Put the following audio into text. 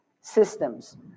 systems